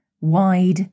wide